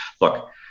Look